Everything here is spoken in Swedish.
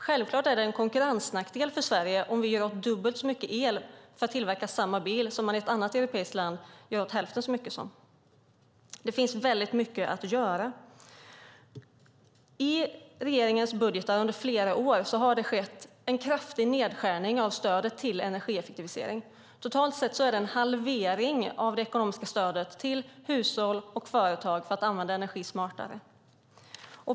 Självklart är det en konkurrensnackdel för Sverige om vi gör av med dubbelt så mycket el för att tillverka samma bil som i ett annat europeiskt land. Det finns väldigt mycket att göra. I regeringens budgetar har det under flera år skett en kraftig nedskärning av stödet till energieffektivisering. Totalt sett är det en halvering av det ekonomiska stödet till hushåll och företag för att använda energi smartare.